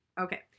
okay